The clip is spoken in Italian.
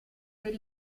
per